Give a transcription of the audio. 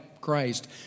Christ